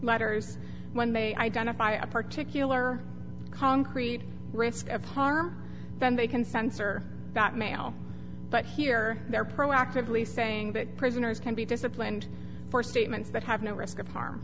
letters when they identify a particular concrete risk of harm then they can censor that mail but here they're proactively saying that prisoners can be disciplined for statements that have no risk of harm